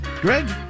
Greg